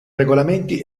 regolamenti